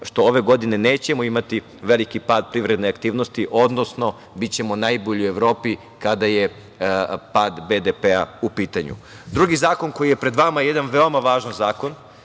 što ove godine nećemo imati veliki pad privredne aktivnosti, odnosno bićemo najbolji u Evropi kada je pad BDP-a u pitanju. Drugi zakon koji je pred vama je jedan veoma važan zakon,